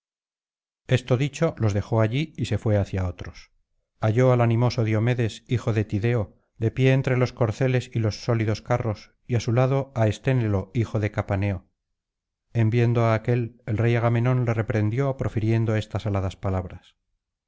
esto dicho los dejó allí y se fué hacia otros halló al animoso diomedes hijo de tideo de pie entre los corceles y los sólidos carros y á su lado á esténelo hijo de capaneo en viendo á aquél el rey agamenón le reprendió profiriendo estas aladas palabras